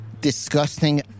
disgusting